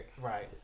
Right